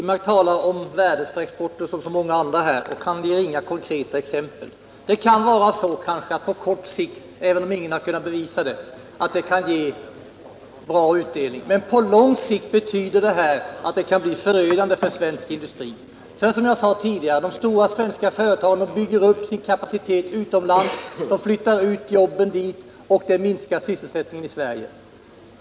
Herr talman! David Wirmark, som så många andra, talade om värdet för exporten, men han gav inga konkreta exempel. Det kan kanske vara så även om man inte har kunnat bevisa det —-att medlemskapet på kort sikt kan ge bra utdelning. Men på lång sikt kan det bli förödande för svensk industri. Som jag sade tidigare bygger de stora svenska företagen upp sin kapacitet utomlands och flyttar jobben dit. Det minskar sysselsättningen i Sverige.